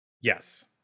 Yes